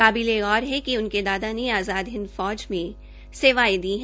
काबिले गौर है कि उनके दादा ने आजाद हिंद फौज में सेवाएं दी हैं